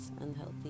unhealthy